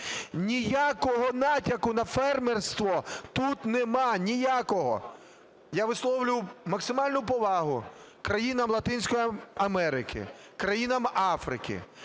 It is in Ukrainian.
Ніякого натяку на фермерство тут нема. Ніякого. Я висловлюю максимальну повагу країнам Латинської Америки, країнам Африки.